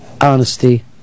honesty